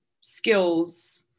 skills